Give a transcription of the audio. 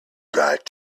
got